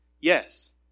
yes